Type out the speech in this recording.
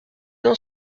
dans